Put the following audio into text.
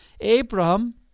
Abraham